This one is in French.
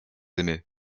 aimez